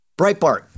breitbart